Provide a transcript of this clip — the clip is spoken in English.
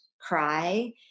cry